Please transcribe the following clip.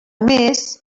més